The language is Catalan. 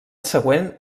següent